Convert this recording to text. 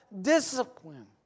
discipline